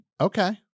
Okay